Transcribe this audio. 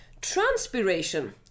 Transpiration